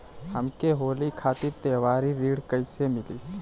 हमके होली खातिर त्योहारी ऋण कइसे मीली?